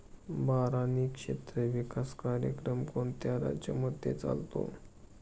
बारानी क्षेत्र विकास कार्यक्रम कोणत्या राज्यांमध्ये चालतो?